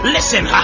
Listen